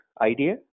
idea